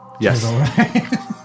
Yes